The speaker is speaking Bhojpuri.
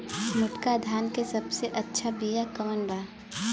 मोटका धान के सबसे अच्छा बिया कवन बा?